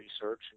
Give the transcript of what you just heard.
research